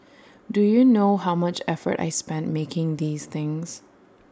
do you know how much effort I spent making these things